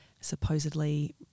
supposedly